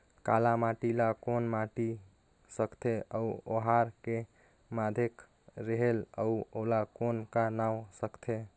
काला माटी ला कौन माटी सकथे अउ ओहार के माधेक रेहेल अउ ओला कौन का नाव सकथे?